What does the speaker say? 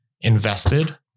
invested